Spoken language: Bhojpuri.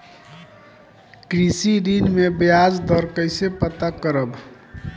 कृषि ऋण में बयाज दर कइसे पता करब?